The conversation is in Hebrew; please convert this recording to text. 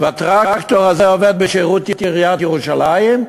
והטרקטור הזה עובד בשירות עיריית ירושלים,